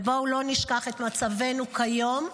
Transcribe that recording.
ובואו לא נשכח את מצבנו כיום.